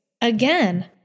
Again